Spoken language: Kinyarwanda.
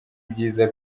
byiza